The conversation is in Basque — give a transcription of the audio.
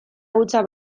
hutsa